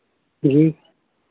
जी